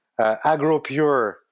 AgroPure